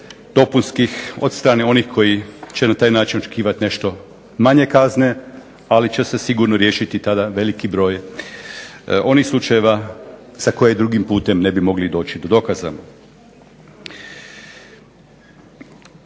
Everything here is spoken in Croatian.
dopunskih od strane onih koji će na taj način očekivati nešto manje kazne ali će se sigurno riješiti tada veliki broj onih slučajeva za koje drugim putem ne bi mogli doći do dokaza.